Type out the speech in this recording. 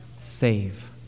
save